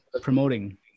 promoting